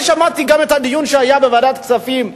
אני שמעתי גם את הדיון שהיה בוועדת הכספים.